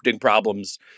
problems